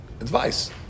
Advice